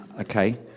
Okay